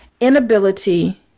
inability